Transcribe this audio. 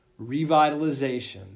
Revitalization